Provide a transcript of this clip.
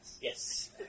Yes